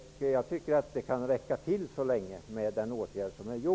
Jag tycker att det kan räcka med den åtgärden så länge.